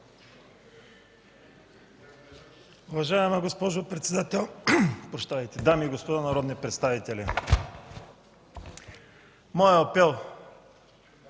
Уважаема госпожо председател, дами и господа народни представители! Моят апел